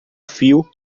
fio